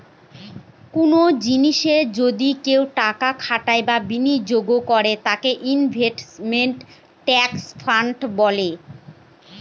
কোনো জিনিসে যদি কেউ টাকা খাটায় বা বিনিয়োগ করে তাকে ইনভেস্টমেন্ট ট্রাস্ট ফান্ড বলে